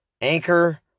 Anchor